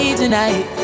tonight